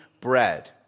bread